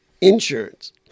insurance